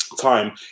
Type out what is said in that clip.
time